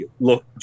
look